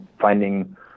finding